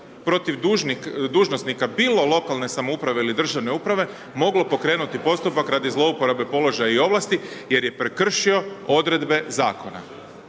protiv dužnosnika, bilo lokalne samouprave ili državne uprave, moglo pokrenuti postupak radi zlouporabe položaja i ovlasti jer je prekršio odredbe zakona.